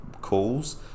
calls